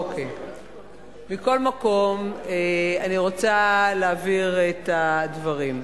מכל מקום, אני רוצה להבהיר את הדברים.